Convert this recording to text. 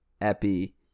epi